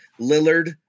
Lillard